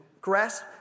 Grasp